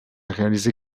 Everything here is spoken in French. réalisé